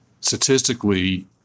Statistically